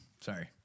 Sorry